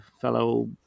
fellow